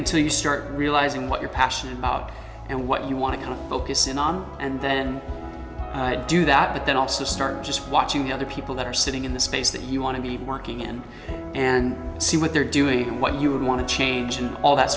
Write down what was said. until you start realizing what you're passionate about and what you want to kind of focus in on and then i do that but then also start just watching the other people that are sitting in the space that you want to be working and and see what they're doing and what you want to change and all that